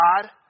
God